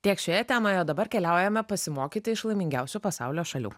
tiek šioje temoje o dabar keliaujame pasimokyti iš laimingiausių pasaulio šalių